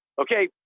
okay